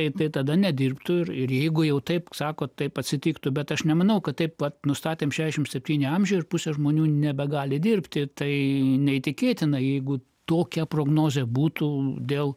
jei tai tada nedirbtų ir jeigu jau taip sako taip atsitiktų bet aš nemanau kad taip pat nustatėme šešim septynių amžių ir pusė žmonių nebegali dirbti tai neįtikėtina jeigu tokia prognozė būtų dėl